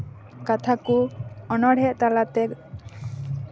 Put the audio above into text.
ᱠᱟᱛᱷᱟ ᱠᱚ ᱚᱱᱚᱲᱦᱮᱸᱫ ᱛᱟᱞᱟᱛᱮ